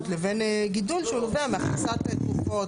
לבין גידול שהוא נובע מהכנסת תרופות?